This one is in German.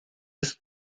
ist